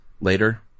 later